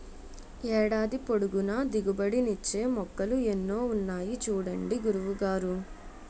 ఏడాది పొడుగునా దిగుబడి నిచ్చే మొక్కలు ఎన్నో ఉన్నాయి చూడండి గురువు గారు